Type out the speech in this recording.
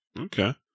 Okay